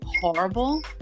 horrible